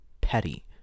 petty